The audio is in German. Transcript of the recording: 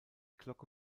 glocke